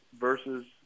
versus